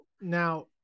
now